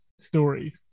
stories